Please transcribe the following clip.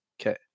Okay